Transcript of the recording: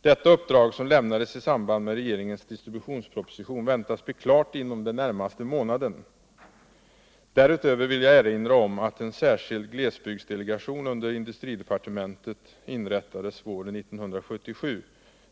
Detta uppdrag, som lämnades i samband med regeringens distributionsproposition, väntas bli klart inom den närmaste månaden. Därutöver vill jag erinra om att en särskild glesbygdsdelegation under industridepartementet inrättades våren 1977.